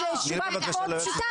זאת שאלה מאוד פשוטה.